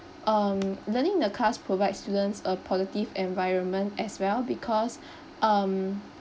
um learning in the class provide students a positive environment as well because um